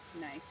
Nice